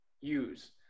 use